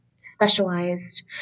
specialized